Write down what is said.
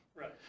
Right